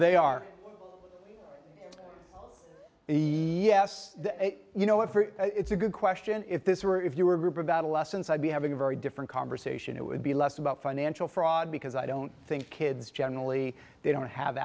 they are the yes you know if it's a good question if this were if you were a group of adolescents i'd be having a very different conversation it would be less about financial fraud because i don't think kids generally they don't have